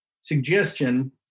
suggestion